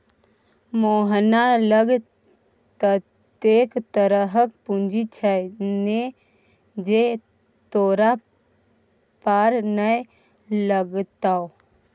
मोहना लग ततेक तरहक पूंजी छै ने जे तोरा पार नै लागतौ